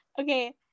Okay